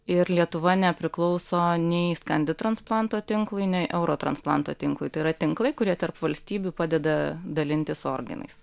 ir lietuva nepriklauso nei skandi transplanto tinklui nei euro transplanto tinklui tai yra tinklai kurie tarp valstybių padeda dalintis organais